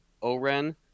Oren